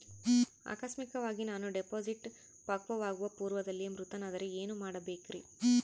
ಆಕಸ್ಮಿಕವಾಗಿ ನಾನು ಡಿಪಾಸಿಟ್ ಪಕ್ವವಾಗುವ ಪೂರ್ವದಲ್ಲಿಯೇ ಮೃತನಾದರೆ ಏನು ಮಾಡಬೇಕ್ರಿ?